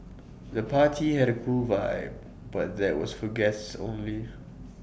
the party had A cool vibe but was for guests only